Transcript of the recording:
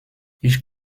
ich